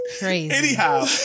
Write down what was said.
Anyhow